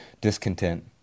discontent